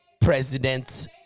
president